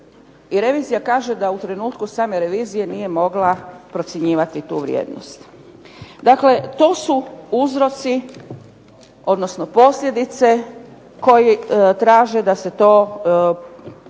revizija kaže da u trenutku same revizije nije mogla procjenjivati tu vrijednost. Dakle to su uzroci, odnosno posljedice koje traže da se to